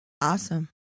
Awesome